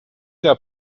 der